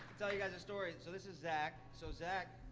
tell you guys a story. and so this is zach. so zach